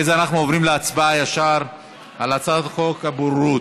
אחרי זה אנחנו עוברים ישר להצבעה על הצעת חוק הבוררות.